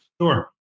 Sure